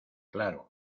claro